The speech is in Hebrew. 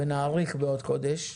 ונאריך בעוד חודש,